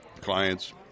clients